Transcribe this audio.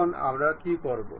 এখন আমরা কী করব